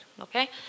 okay